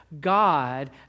God